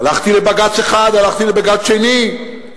הלכתי לבג"ץ אחד, הלכתי לבג"ץ שני,